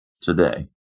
today